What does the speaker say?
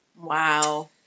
Wow